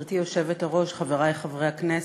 גברתי היושבת-ראש, חברי חברי הכנסת,